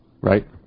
right